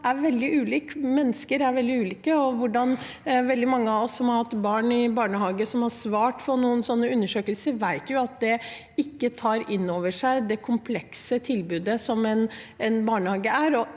ulike, og veldig mange av oss som har hatt barn i barnehage, og som har svart på sånne undersøkelser, vet jo at de ikke tar inn over seg det komplekse tilbudet som en barnehage er.